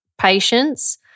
Patience